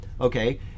Okay